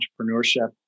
entrepreneurship